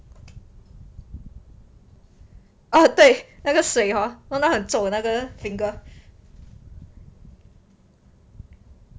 ah 对那个水 hor 弄到很邹那个 finger